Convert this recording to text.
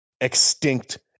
extinct